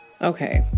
okay